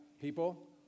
people